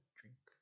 drink